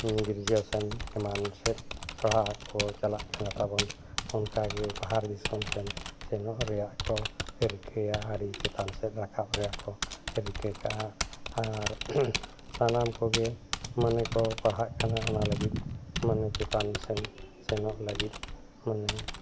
ᱜᱨᱮᱨᱡᱩᱥᱚᱱ ᱮᱢᱟᱱ ᱥᱮᱫ ᱯᱟᱲᱦᱟᱜ ᱠᱚ ᱪᱟᱞᱟᱜ ᱠᱟᱱᱟ ᱛᱟᱵᱚᱱ ᱚᱱᱠᱟᱜᱮ ᱵᱟᱦᱟᱨ ᱫᱤᱥᱚᱢ ᱥᱮᱱ ᱥᱮᱱᱚᱜ ᱨᱮᱭᱟᱜ ᱠᱚ ᱨᱤᱠᱟᱹᱭᱟ ᱟᱨ ᱪᱮᱛᱟᱱ ᱥᱮᱫ ᱨᱟᱠᱟᱵ ᱨᱮᱭᱟᱜ ᱠᱚ ᱨᱤᱠᱟᱹ ᱠᱟᱜᱼᱟ ᱟᱨ ᱥᱟᱱᱟᱢ ᱠᱚᱜᱮ ᱢᱟᱱᱮ ᱠᱚ ᱯᱟᱲᱦᱟᱜ ᱠᱟᱱᱟ ᱚᱱᱟ ᱞᱟᱹᱜᱤᱫ ᱢᱟᱱᱮ ᱪᱮᱛᱟᱱᱥᱮᱱ ᱥᱮᱱᱚᱜ ᱞᱟᱹᱜᱤᱫ ᱢᱟᱱᱮ